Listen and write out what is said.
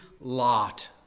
Lot